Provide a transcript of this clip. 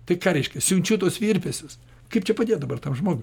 tai ką reiškia siunčiu tuos virpesius kaip čia padėt dabar tam žmogui